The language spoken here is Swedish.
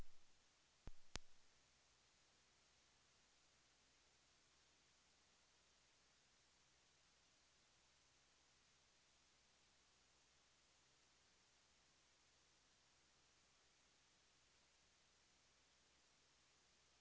Det är det som jag kritiserar.